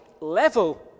level